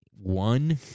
one